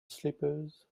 slippers